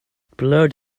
blood